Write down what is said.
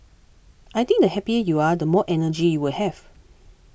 I think the happier you are the more energy you will have